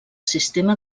sistema